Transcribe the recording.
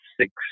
six